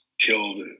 killed